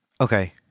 Okay